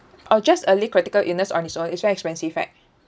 or just early critical illness on its own is very expensive right